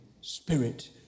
spirit